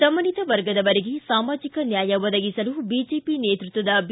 ದಮನಿತ ವರ್ಗದವರಿಗೆ ಸಾಮಾಜಿಕ ನ್ಯಾಯ ಒದಗಿಸಲು ಬಿಜೆಪಿ ನೇತೃತ್ವದ ಬಿ